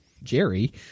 jerry